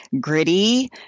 gritty